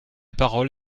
parole